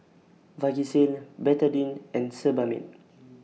Vagisil Betadine and Sebamed